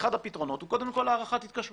אחד הפתרונות הוא קודם כל הארכת התקשרות.